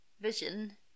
vision